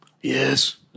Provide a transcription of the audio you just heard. Yes